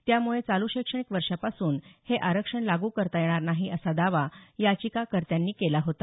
त्यामुळे चालू शैक्षणिक वर्षापासून हे आरक्षण लागू करता येणार नाही असा दावा याचिकार्त्यांनी केला होता